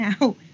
now